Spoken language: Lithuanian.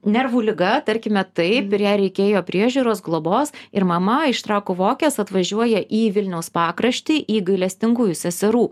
nervų liga tarkime taip ir jai reikėjo priežiūros globos ir mama iš trakų vokės atvažiuoja į vilniaus pakraštį į gailestingųjų seserų